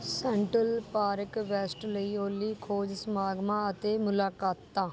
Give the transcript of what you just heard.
central Park West ਲਈ ਓਲੀ ਖੋਜ ਸਮਾਗਮਾਂ ਅਤੇ ਮੁਲਾਕਾਤਾਂ